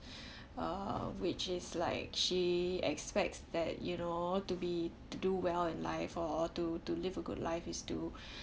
uh which is like she expects that you know to be to do well in life or or to to live a good life is to